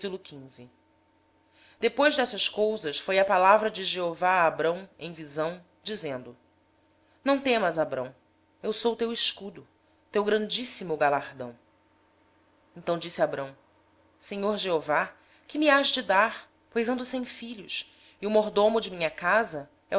parte depois destas coisas veio a palavra do senhor a abrão numa visão dizendo não temas abrão eu sou o teu escudo o teu galardão será grandíssimo então disse abrão ó senhor deus que me darás visto que morro sem filhos e o herdeiro de minha casa